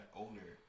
older